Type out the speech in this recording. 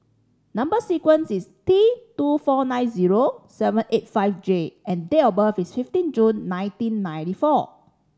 number sequence is T two four nine zero seven eight five J and date of birth is fifteen June nineteen ninety four